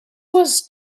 was